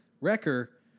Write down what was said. Wrecker